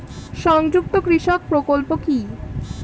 সংযুক্ত কৃষক প্রকল্প কি?